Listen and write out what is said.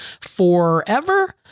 forever